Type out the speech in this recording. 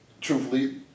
truthfully